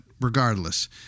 regardless